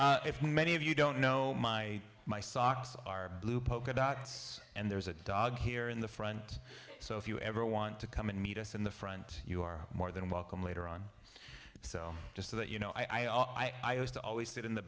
if many of you don't know my my socks are blue polka dots and there's a dog here in the front so if you ever want to come and meet us in the front you are more than welcome later on so just so that you know i used to always sit in the